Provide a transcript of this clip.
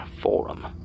forum